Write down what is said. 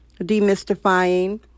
demystifying